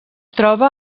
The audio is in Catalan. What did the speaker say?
troba